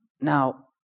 Now